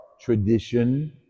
tradition